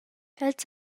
els